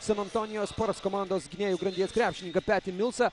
san antonijaus spurs komandos gynėjų grandies krepšininką petį milsą